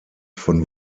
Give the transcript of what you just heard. von